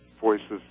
voices